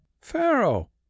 Pharaoh